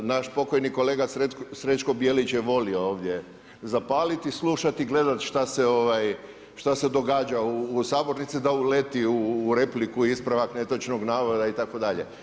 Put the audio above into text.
Naš pokojni kolega Srećko Bijelić je volio ovdje zapaliti i slušati i gledati što se događa u sabornici, da uleti u repliku ispravak netočnog navoda itd.